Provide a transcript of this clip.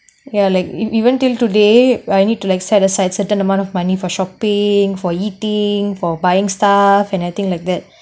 ya like if even till today I need to like set aside certain amount of money for shopping for eating for buying stuff and everything like that